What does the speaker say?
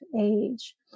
age